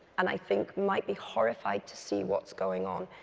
and i think might be horrified to see what's going on.